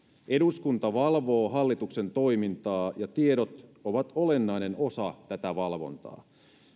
eduskunta valvoo hallituksen toimintaa ja tiedot ovat olennainen osa tätä valvontaa